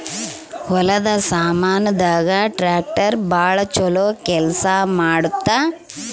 ಹೊಲದ ಸಾಮಾನ್ ದಾಗ ಟ್ರಾಕ್ಟರ್ ಬಾಳ ಚೊಲೊ ಕೇಲ್ಸ ಮಾಡುತ್ತ